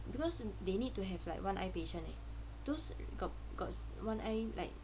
because they need to have like one eye patient eh those got got one eye like